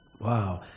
Wow